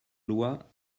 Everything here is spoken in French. loi